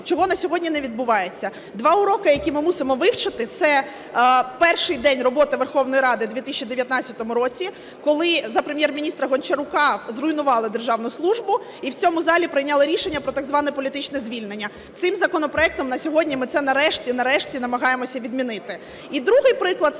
чого на сьогодні не відбувається. Два уроки, які ми мусимо вивчити, – це перший день роботи Верховної Ради в 2019 році, коли за Прем'єр-міністра Гончарука зруйнували державну службу і в цьому залі прийняли рішення про так зване політичне звільнення. Цим законопроектом на сьогодні ми це нарешті-нарешті намагається відмінити. І другий приклад –